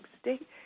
state